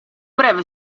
beve